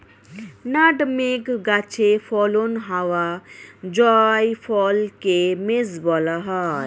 nutmeg গাছে ফলন হওয়া জায়ফলকে মেস বলা হয়